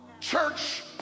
church